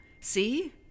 See